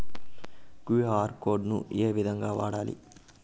QR code ను ఏ విధంగా వాడాలి?